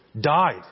died